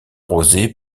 rosé